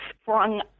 sprung